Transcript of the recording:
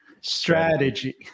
strategy